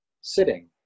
sitting